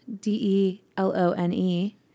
D-E-L-O-N-E